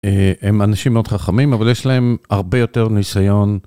הם אנשים מאוד חכמים אבל יש להם הרבה יותר ניסיון.